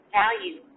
value